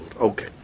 Okay